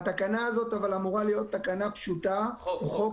אבל התקנה הזאת אמורה להיות תקנה פשוטה -- זה חוק.